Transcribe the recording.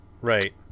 Right